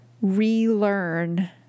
relearn